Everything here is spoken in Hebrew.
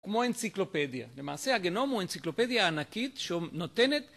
כמו אנציקלופדיה, למעשה הגנום הוא אנציקלופדיה ענקית שהוא נותנת